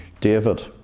david